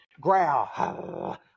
growl